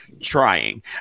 trying